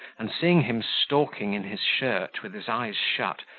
and seeing him stalking in his shirt, with his eyes shut,